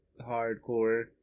hardcore